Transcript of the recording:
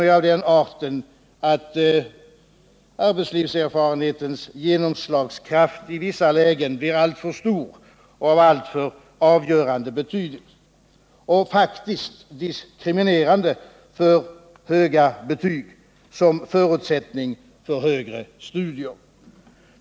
De är av den arten att arbetslivserfarenhetens genomslagskraft i vissa lägen blir alltför stor, av alltför avgörande betydelse och faktiskt diskriminerande för dem som har höga betyg som förutsättning för högre studier.